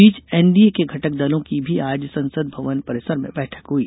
इस बीच एनडीए के घटक दलों की भी आज संसद भवन परिसर में बैठक हुई